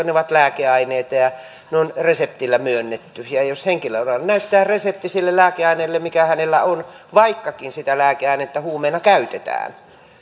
ne ovat lääkeaineita ja ne on reseptillä myönnetty jos henkilöllä on näyttää resepti sille lääkeaineelle mikä hänellä on niin vaikkakin sitä lääkeainetta huumeena käytetään